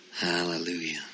Hallelujah